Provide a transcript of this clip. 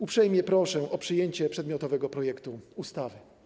Uprzejmie proszę o przyjęcie przedmiotowego projektu ustawy.